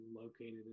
located